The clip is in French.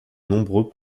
nombreux